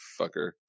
fucker